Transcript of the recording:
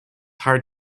hard